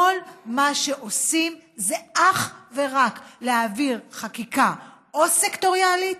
כל מה שעושים זה אך ורק להעביר חקיקה סקטוריאלית